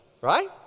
right